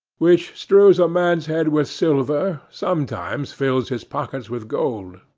which strews a man's head with silver, sometimes fills his pockets with gold.